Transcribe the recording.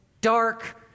dark